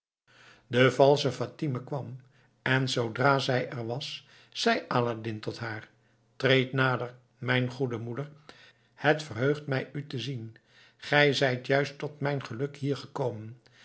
de valsche fatime kwam en zoodra zij er was zei aladdin tot haar treed nader mijn goede moeder het verheugt mij u te zien gij zijt juist tot mijn geluk hier gekomen